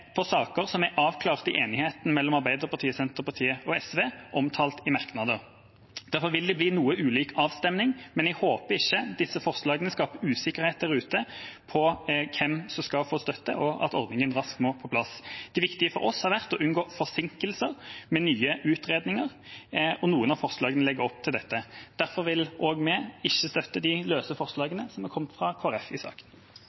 saker som er avklart i enigheten mellom Arbeiderpartiet, Senterpartiet og SV, omtalt i merknader. Derfor vil det bli noe ulik avstemning, men jeg håper ikke disse forslagene skaper usikkerhet der ute om hvem som skal få støtte, og at ordningen raskt må på plass. Det viktige for oss har vært å unngå forsinkelser med nye utredninger, og noen av forslagene legger opp til dette. Derfor vil vi ikke støtte de løse